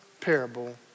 parable